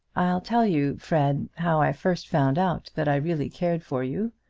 i'll tell you, fred, how i first found out that i really cared for you.